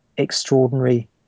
extraordinary